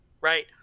Right